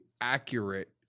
Accurate